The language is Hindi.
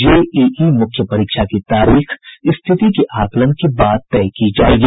जेईई मुख्य परीक्षा की तारीख स्थिति के आकलन के बाद तय की जाएगी